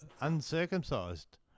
uncircumcised